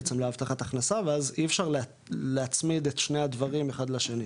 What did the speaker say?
בעצם להבטחת הכנסה ואי אפשר להצמיד את שני הדברים אחד לשני.